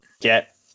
get